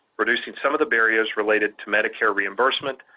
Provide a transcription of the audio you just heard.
reducing some of the barriers related to medicare reimbursement,